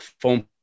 phone